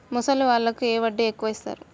ముసలి వాళ్ళకు ఏ వడ్డీ ఎక్కువ ఇస్తారు?